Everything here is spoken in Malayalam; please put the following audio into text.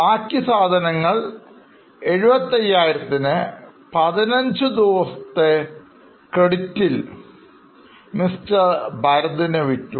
ബാക്കി സാധനങ്ങൾ 75000 ന് 15 ദിവസത്തെ ക്രെഡിറ്റിൽ Mr Bharat ന് വിറ്റു